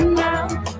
now